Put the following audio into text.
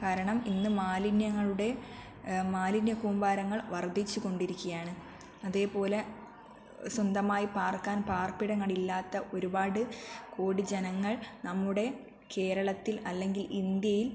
കാരണം ഇന്ന് മാലിന്യങ്ങളുടെ മാലിന്യകൂമ്പാരങ്ങൾ വർധിച്ചുകൊണ്ടിക്കയാണ് അതേപോലെ സ്വന്തമായി പാർക്കാൻ പാർപ്പിടങ്ങളില്ലാത്ത ഒരുപാട് കോടി ജനങ്ങൾ നമ്മുടെ കേരളത്തിൽ അല്ലെങ്കിൽ ഇന്ത്യയിൽ